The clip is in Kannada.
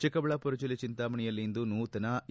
ಚಿಕ್ಕಬಳ್ಳಾಪುರ ಜೆಲ್ಲೆ ಚಿಂತಾಮಣೆಯಲ್ಲಿ ಇಂದು ನೂತನ ಎ